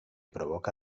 provoca